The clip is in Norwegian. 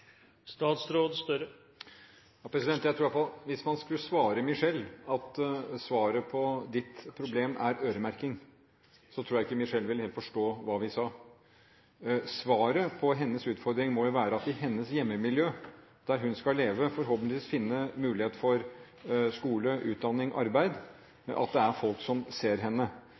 Jeg tror i hvert fall at hvis man skulle svare Michelle at svaret på hennes problem er øremerking, tror jeg ikke hun helt ville forstå hva vi sa. Svaret på hennes utfordring må være at det i hennes hjemmemiljø, der hun skal leve, forhåpentligvis finnes mulighet for skole, utdanning og arbeid, at det er folk innenfor det etablerte hjelpeapparatet som ser henne,